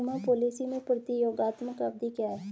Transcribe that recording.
बीमा पॉलिसी में प्रतियोगात्मक अवधि क्या है?